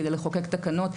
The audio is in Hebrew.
כדי לחוקק תקנות,